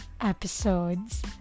episodes